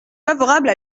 favorable